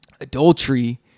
adultery